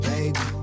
Baby